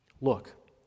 Look